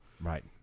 Right